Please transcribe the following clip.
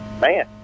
man